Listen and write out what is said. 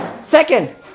Second